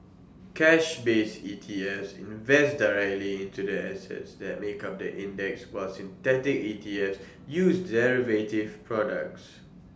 cash based ETFs invest directly into the assets that make up the index while synthetic ETFs use derivative products